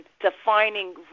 defining